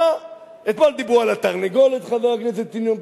אתמול דיברו על התרנגולות, חבר הכנסת ציון פיניאן,